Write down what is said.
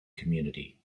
community